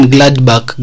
Gladbach